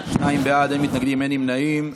שניים בעד, אין מתנגדים, אין נמנעים.